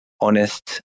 honest